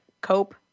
cope